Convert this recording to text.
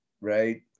right